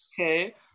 Okay